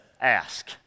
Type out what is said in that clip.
Ask